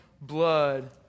blood